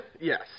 Yes